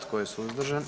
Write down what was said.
Tko je suzdržan?